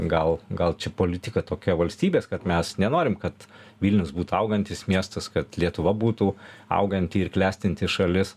gal gal čia politika tokia valstybės kad mes nenorim kad vilnius būtų augantis miestas kad lietuva būtų auganti ir klestinti šalis